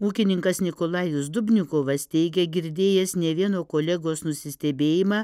ūkininkas nikolajus dubnikovas teigia girdėjęs ne vieno kolegos nusistebėjimą